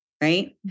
right